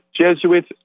Jesuits